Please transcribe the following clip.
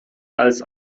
als